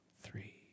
three